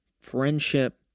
friendship